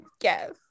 Yes